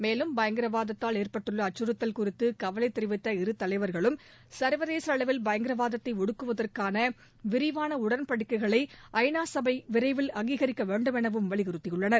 மேலும் பயங்கரவாதத்தால் ஏற்பட்டுள்ளஅச்சுறுத்தல் குறித்துகவலைதெரிவித்த இரு தலைவர்களும் சர்வதேசஅளவில் பயங்கரவாதத்தைஒடுக்குவதற்கானவிரிவானஉடன்படிக்கைகளை ஐ நா சபை விரைவில் அங்கீகரிக்கவேண்டும் எனவும் வலியுறுத்தியுள்ளனர்